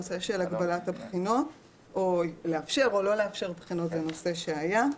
השאלה אם לאפשר או לא לאפשר בחינות היא נושא שכבר היה.